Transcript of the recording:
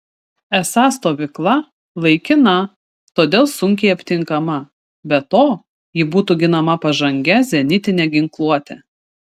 esą stovykla laikina todėl sunkiai aptinkama be to ji būtų ginama pažangia zenitine ginkluote